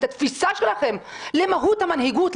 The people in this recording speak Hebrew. את התפיסה שלכם למהות המנהיגות,